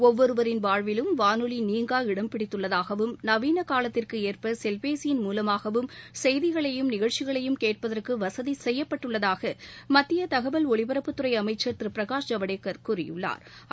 ஒவ்வொருவரின் வாழ்விலும் வானொலி நீங்கா இடம் பிடித்துள்ளதாகவும் நவீன காலத்திற்கு ஏற்ப செல்பேசியின் மூலமாகவும் செய்திகளையும் நிகழ்ச்சிகளையும் கேட்பதற்கு வசதி செய்யப்பட்டுள்ளதாக மத்திய தகவல் ஒலிபரப்புத்துறை அமைச்சள் திரு பிரகாஷ் ஜவடேக்கள் கூறியுள்ளாா்